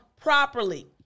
properly